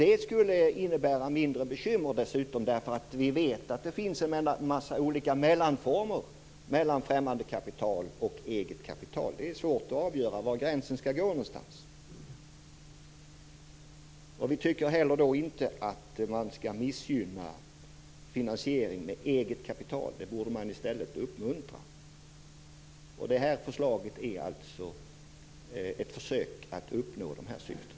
Det skulle dessutom innebära mindre bekymmer. Vi vet nämligen att det finns en massa olika mellanformer mellan främmande och eget kapital. Det är svårt att avgöra var gränsen skall gå någonstans. Vi tycker inte heller att man skall missgynna finansiering med eget kapital. Det borde man i stället uppmuntra. Det här förslaget är alltså ett försök att uppnå dessa syften.